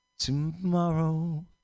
Tomorrow